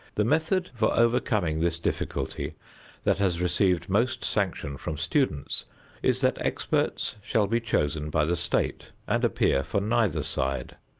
the method for overcoming this difficulty that has received most sanction from students is that experts shall be chosen by the state and appear for neither side.